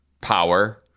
Power